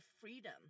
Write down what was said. freedom